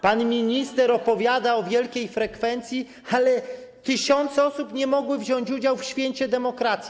Pan minister opowiada o wielkiej frekwencji, ale tysiące osób nie mogły wziąć udziału w święcie demokracji.